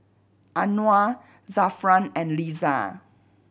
Anuar Zafran and Lisa